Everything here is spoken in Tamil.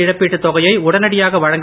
இழப்பீட்டுத் தொகையை உடனடியாக வழங்க